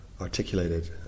articulated